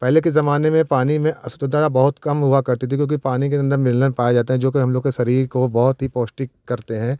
पहले के ज़माने में पानी में अशुद्धता बहुत कम हुआ करती थी क्योंकि पानी के अंदर मिनल्ल पाए जाते हैं जो कि हम लोग के शरीर को बहुत ही पौष्टिक करते हैं